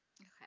Okay